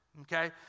okay